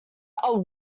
are